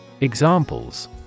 Examples